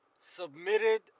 submitted